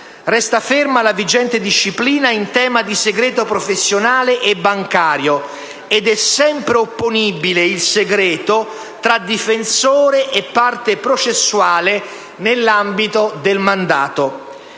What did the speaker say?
Resta ferma la vigente disciplina in tema di segreto professionale e bancario ed è sempre opponibile il segreto tra difensore e parte processuale nell'ambito del mandato.